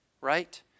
right